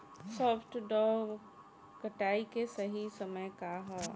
सॉफ्ट डॉ कटाई के सही समय का ह?